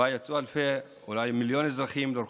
שבה יצאו אלפים, אולי מיליון אזרחים, לרחובות.